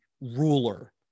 ruler